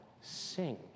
sing